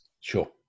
Sure